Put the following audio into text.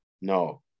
No